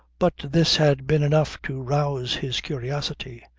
but this had been enough to rouse his curiosity.